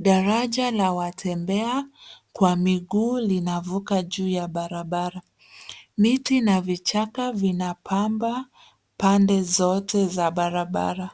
Daraja la watembea kwa miguu linavuka juu ya barabara, miti na vichaka vinapamba pande zote za barabara.